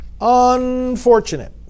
unfortunate